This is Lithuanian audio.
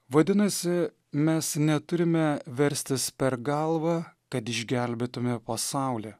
vadinasi mes neturime verstis per galvą kad išgelbėtume pasaulį